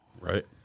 Right